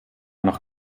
noch